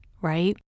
right